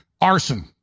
arson